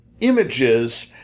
images